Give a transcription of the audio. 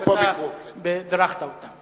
הם היו פה ובירכת אותם.